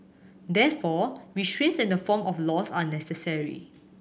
therefore restraints in the form of laws are necessary